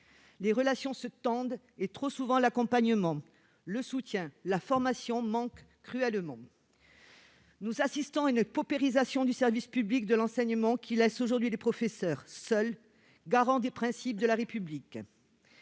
Les relations se tendent, et l'accompagnement, le soutien et la formation manquent trop souvent cruellement. Nous assistons à une paupérisation du service public de l'enseignement. Cela laisse aujourd'hui les professeurs seuls garants des principes de la République.